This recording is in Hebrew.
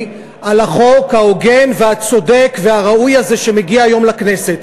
על החוק ההוגן והצודק והראוי הזה שמגיע היום לכנסת.